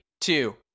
two